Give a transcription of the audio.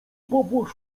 popłoch